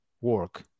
work